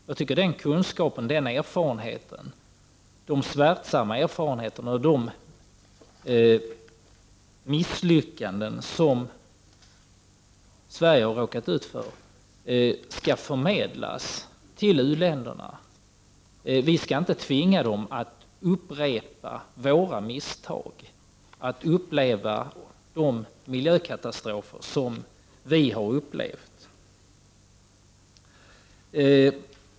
Jag tycker att våra kunskaper, våra smärtsamma erfarenheter och de misslyckanden som Sverige har råkat ut för skall förmedlas till u-länderna. Vi skall inte tvinga dem att upprepa våra misstag och därmed få uppleva de miljökatastrofer som vi har upplevt.